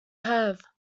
have